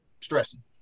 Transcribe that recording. stressing